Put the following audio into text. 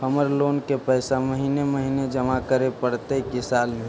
हमर लोन के पैसा महिने महिने जमा करे पड़तै कि साल में?